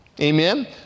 Amen